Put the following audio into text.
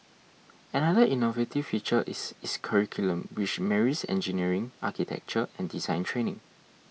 another innovative feature is its curriculum which marries engineering architecture and design training